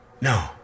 No